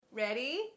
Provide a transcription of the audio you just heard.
Ready